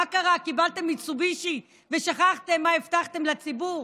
מה קרה, קיבלתם מיצובישי ושכחתם מה הבטחתם לציבור?